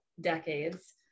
decades